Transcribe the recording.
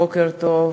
בוקר טוב,